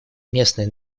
местное